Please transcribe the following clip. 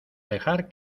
dejar